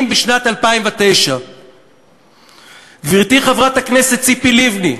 בשנת 2009. גברתי חברת הכנסת ציפי לבני,